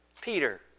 Peter